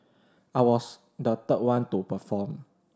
I was the third one to perform